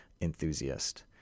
enthusiast